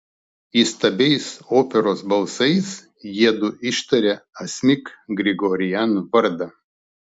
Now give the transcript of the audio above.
įstabiais operos balsais jiedu ištarė asmik grigorian vardą